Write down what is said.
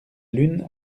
lune